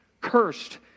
Cursed